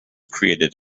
created